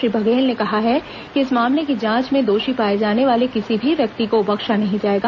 श्री बघेल ने कहा है कि इस मामले की जांच में दोषी पाए जाने वाले किसी भी व्यक्ति को बख्शा नहीं जाएगा